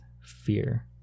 fear